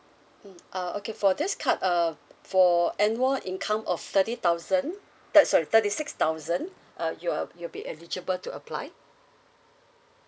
mm ah okay for this card uh for annual income of thirty thousand thir~ sorry thirty six thousand uh you are you'll be eligible to apply